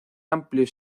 amplio